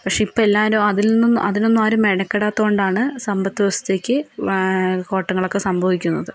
പക്ഷെ ഇപ്പോൾ എല്ലാവരും അതിൽനിന്നോ അതിനൊന്നും ആരും മെനെക്കെടാത്തതുകൊണ്ടാണ് സമ്പത്ത് വ്യവസ്ഥയ്ക്ക് കോട്ടങ്ങളൊക്കെ സംഭവിക്കുന്നത്